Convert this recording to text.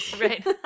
Right